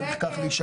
כך זה צריך להישאר.